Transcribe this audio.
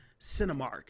Cinemark